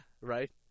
right